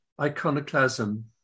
iconoclasm